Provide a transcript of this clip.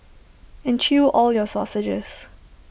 and chew all your sausages